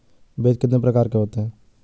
बीज कितने प्रकार के होते हैं?